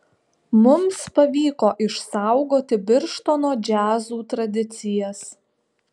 mums pavyko išsaugoti birštono džiazų tradicijas